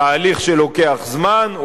תהליך שלוקח זמן,